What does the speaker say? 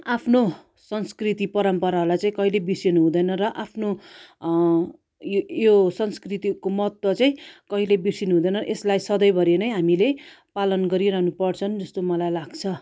आफ्नो संस्कृति परम्पराहरूलाई चाहिँ कहिले बिर्सनु हुँदैन र आफ्नो यो यो संस्कृतिको महत्त्व चाहिँ कहिले बिर्सनु हुँदैन र यसलाई सधैँभरि नै हामीले पालन गरिरहनु पर्छ जस्तो मलाई लाग्छ